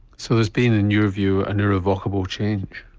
so there's been in your view an irrevocable change?